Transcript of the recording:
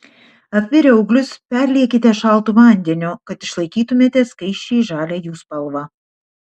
apvirę ūglius perliekite šaltu vandeniu kad išlaikytumėte skaisčiai žalią jų spalvą